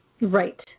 Right